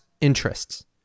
interests